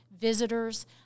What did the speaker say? visitors